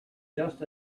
just